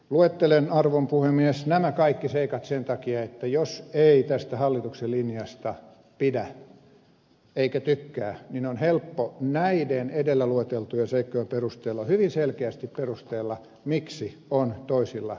luettelen arvon puhemies nämä kaikki seikat sen takia että jos ei tästä hallituksen linjasta pidä eikä tykkää niin on helppo näiden edellä lueteltujen seikkojen perusteella hyvin selkeästi perustella miksi on toisilla linjoilla